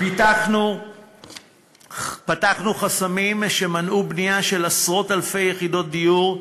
פתחנו חסמים שמנעו בנייה של עשרות-אלפי יחידות דיור,